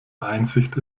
einsicht